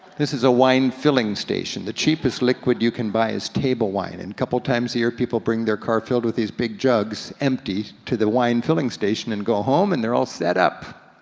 this is a wine filling station. the cheapest liquid you can buy is table wine, and a couple times a year people bring their car filled with these big jugs empty to the wine filling station, and go home, and they're all set up.